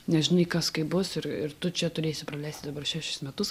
nežinai kas kaip bus ir ir tu čia turėsi praleisti dabar šešis metus